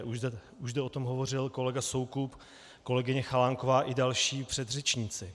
Už zde o tom hovořil kolega Soukup, kolegyně Chalánková i další předřečníci.